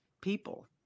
people